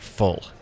full